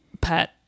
pet